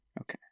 Okay